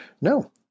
No